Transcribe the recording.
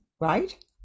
right